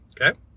Okay